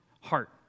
heart